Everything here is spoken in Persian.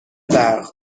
برق